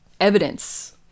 evidence